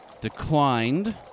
declined